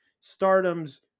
stardom's